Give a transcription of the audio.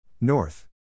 North